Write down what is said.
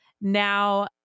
now